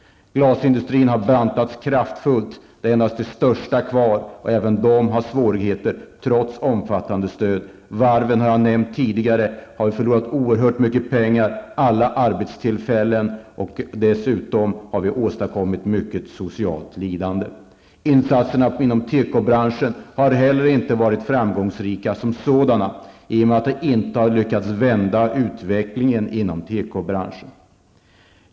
Glasindustrin har bantats kraftigt. Endast de största företagen är kvar. Även dessa har svårigheter, trots omfattande stöd. Varven har jag nämnt tidigare. Här har vi förlorat oerhört mycket pengar och alla arbetstillfällen. Dessutom har vi åstadkommit mycket socialt lidande. Insatserna inom tekobranschen har heller inte varit framgångsrika som sådana, i och med att de inte har lyckats att vända utvecklingen inom tekobranschen.